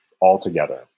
altogether